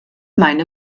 meine